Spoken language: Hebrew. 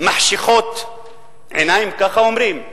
מחשיכות עיניים, ככה אומרים?